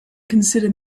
consider